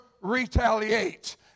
retaliate